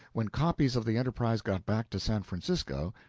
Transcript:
when copies of the enterprise got back to san francisco,